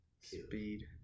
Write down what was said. Speed